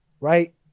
right